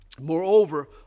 Moreover